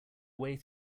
way